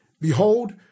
Behold